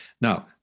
Now